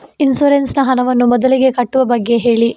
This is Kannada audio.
ಇನ್ಸೂರೆನ್ಸ್ ನ ಹಣವನ್ನು ಮೊದಲಿಗೆ ಕಟ್ಟುವ ಬಗ್ಗೆ ಹೇಳಿ